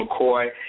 McCoy